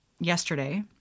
Yesterday